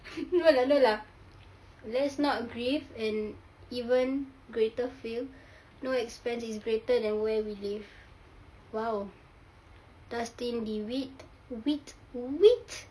no lah no lah let's not grief and even greater feel no expense is greater than where we live !wow! dustin dewitt wit wit